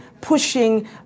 pushing